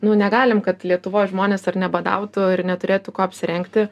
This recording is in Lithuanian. nu negalim kad lietuvos žmonės ar ne badautų ir neturėtų kuo apsirengti